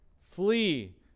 Flee